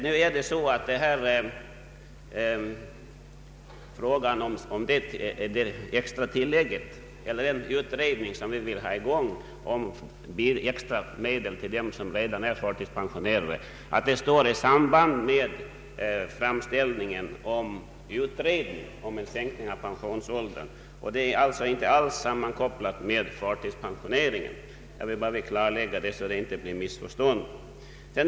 Till herr Strand vill jag säga att vårt krav på en utredning om extra medel till dem som redan är förtidspensionerade hänger samman med framställningen om utredningen rörande en allmän sänkning av pensionsåldern. Denna fråga är således inte på något sätt sammankopplad med frågan om förtidspension. Jag har velat klargöra detta för att inget missförstånd skall uppstå på den här punkten.